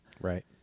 Right